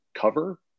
cover